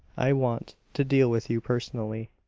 i want to deal with you personally.